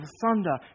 thunder